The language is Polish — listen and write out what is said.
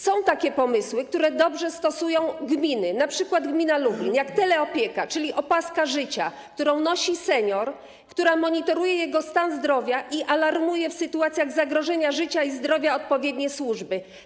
Są takie pomysły, które dobrze stosują gminy, np. gmina Lublin, jak teleopieka, czyli opaska życia, którą nosi senior, która monitoruje jego stan zdrowia i alarmuje w sytuacjach zagrożenia życia i zdrowia odpowiednie służby.